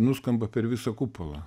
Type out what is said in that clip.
nuskamba per visą kupolą